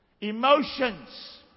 Emotions